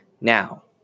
Now